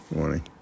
Morning